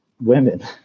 women